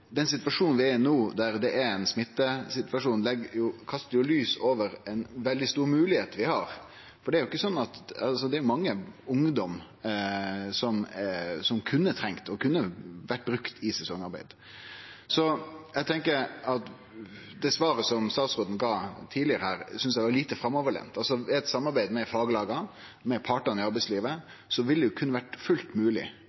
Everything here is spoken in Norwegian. ein smittesituasjon, kastar lys over ei veldig stor moglegheit vi har. Det er mange ungdomar som kunne trunge og kunne vore brukte i sesongarbeid. Det svaret som statsråden gav tidlegare her, synest eg var lite framoverlent. Ved eit samarbeid med faglaga, med partane i